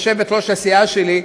יושבת-ראש הסיעה שלי,